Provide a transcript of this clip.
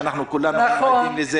שאנחנו כולנו היינו עדים לה,